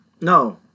No